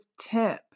tip